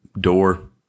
door